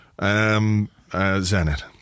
Zenit